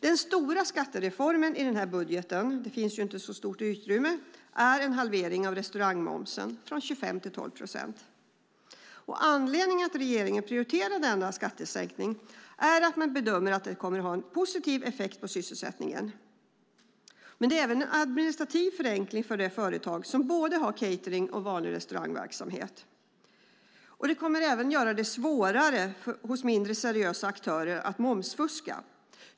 Den stora skattereformen i denna budget - det finns inte så stort utrymme - är en halvering av restaurangmomsen från 25 till 12 procent. Anledningen till att regeringen prioriterar denna skattesänkning är att man bedömer att den kommer att ha en positiv effekt på sysselsättningen. Det blir även en administrativ förenkling för de företag som har både catering och vanlig restaurangverksamhet. Det kommer dessutom att bli svårare för mindre seriösa aktörer att momsfuska.